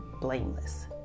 blameless